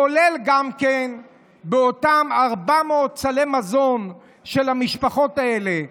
כולל באותם 400 סלי מזון של המשפחות האלה.